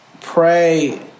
pray